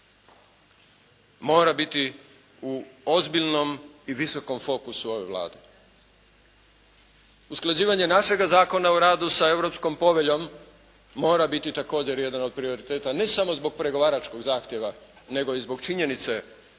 mora biti u ozbiljnom i visokom fokusu ove Vlade. Usklađivanje našega Zakona o radu sa Europskom poveljom mora biti također jedan od prioriteta ne samo zbog pregovaračkog zahtjeva nego i zbog činjenice